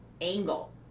angle